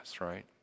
right